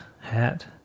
hat